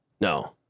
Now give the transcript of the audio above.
No